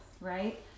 right